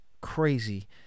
crazy